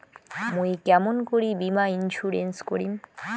মুই কেমন করি বীমা ইন্সুরেন্স করিম?